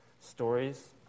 stories